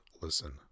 listen